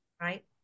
right